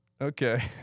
Okay